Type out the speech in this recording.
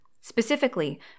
Specifically